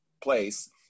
place